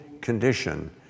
condition